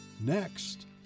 Next